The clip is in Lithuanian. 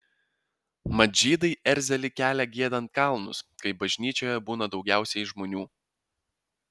mat žydai erzelį kelia giedant kalnus kai bažnyčioje būna daugiausiai žmonių